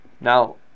Now